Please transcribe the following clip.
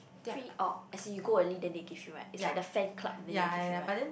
free or as in you go early then they give you right it's like the fan club then they'll give you right